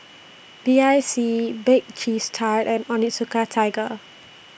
B I C Bake Cheese Tart and Onitsuka Tiger